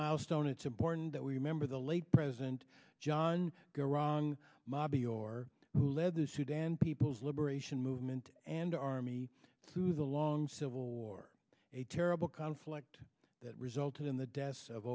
milestone it's important that we remember the late president john go wrong mob your who led the sudan people's liberation movement and army through the long civil war a terrible conflict that resulted in the deaths of